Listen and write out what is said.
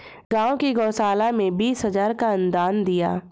गांव की गौशाला में बीस हजार का अनुदान दिया